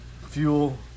fuel